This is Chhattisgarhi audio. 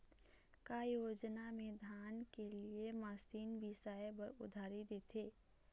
का योजना मे धान के लिए मशीन बिसाए बर उधारी देथे?